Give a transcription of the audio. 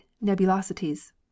nebulosities